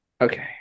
Okay